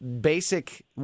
basic